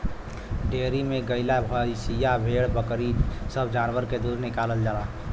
dairy में गइया भईंसिया भेड़ बकरी सब जानवर के दूध निकालल जाला